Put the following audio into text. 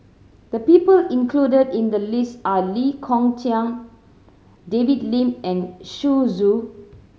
the people included in the list are Lee Kong Chian David Lim and Xu Zhu